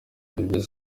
byiza